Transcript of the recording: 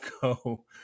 go